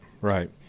right